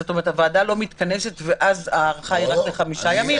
הוועדה לא מתכנסת ואז ההארכה היא רק לחמישה ימים?